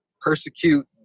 persecute